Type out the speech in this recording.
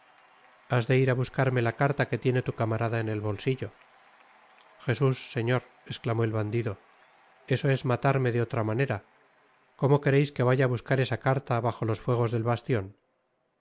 has de ir á buscarme la carta que tiene tu camarada en el bolsillo jesús señorl esclamó el bandido eso es matarme de otra manera como quereis que vaya á buscar esa carta bajo los fuegos del bastion